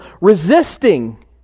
resisting